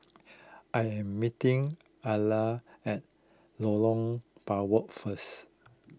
I am meeting Alia at Lorong Biawak first